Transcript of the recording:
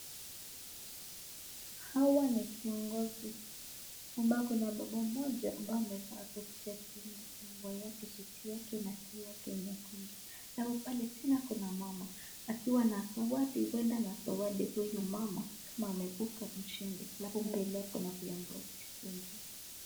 Hawa ni viongozi ambayo kuna baba mmoja ambaye amevaa kofia, shati, suti yake na tai yake nyekundu. Alafu pale tena kuna mama ambaye akiwa na zawadi huenda ana zawadi huyu mama kama ameepuka mshindi. Alafu mbele yao kuna viongozi wengine.